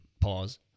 pause